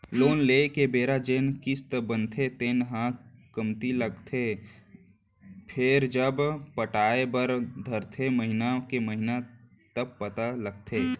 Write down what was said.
loan लेए के बेरा जेन किस्ती बनथे तेन ह कमती लागथे फेरजब पटाय बर धरथे महिना के महिना तब पता लगथे